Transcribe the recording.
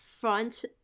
front